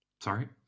Sorry